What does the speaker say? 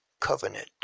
covenant